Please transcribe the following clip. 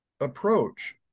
approach